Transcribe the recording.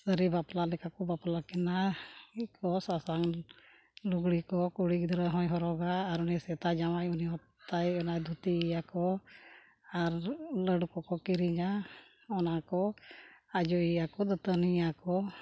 ᱥᱟᱹᱨᱤ ᱵᱟᱯᱞᱟ ᱞᱮᱠᱟ ᱠᱚ ᱵᱟᱯᱞᱟ ᱠᱤᱱᱟᱹᱠᱚ ᱥᱟᱥᱟᱝ ᱞᱩᱜᱽᱲᱤᱡ ᱠᱚ ᱠᱩᱲᱤ ᱜᱤᱫᱽᱨᱟᱹ ᱦᱚᱸᱭ ᱦᱚᱨᱚᱜᱟ ᱟᱨ ᱩᱱᱤ ᱥᱮᱛᱟ ᱡᱟᱶᱟᱭ ᱩᱱᱤ ᱦᱚᱸᱛᱟᱭ ᱚᱱᱟ ᱫᱷᱩᱛᱤᱭᱮᱭᱟ ᱠᱚ ᱟᱨ ᱞᱟᱹᱰᱩ ᱠᱚᱠᱚ ᱠᱤᱨᱤᱧᱟ ᱚᱱᱟ ᱠᱚ ᱟᱡᱚᱭᱮᱭᱟ ᱠᱚ ᱫᱟᱹᱛᱟᱹᱱᱤᱭᱮᱭᱟᱠᱚ